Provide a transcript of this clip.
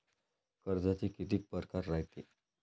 कर्जाचे कितीक परकार रायते?